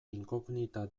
inkognita